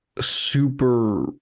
Super